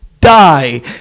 die